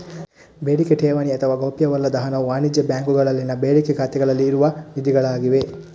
ಬೇಡಿಕೆ ಠೇವಣಿ ಅಥವಾ ಗೌಪ್ಯವಲ್ಲದ ಹಣವು ವಾಣಿಜ್ಯ ಬ್ಯಾಂಕುಗಳಲ್ಲಿನ ಬೇಡಿಕೆ ಖಾತೆಗಳಲ್ಲಿ ಇರುವ ನಿಧಿಗಳಾಗಿವೆ